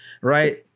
Right